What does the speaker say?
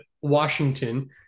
Washington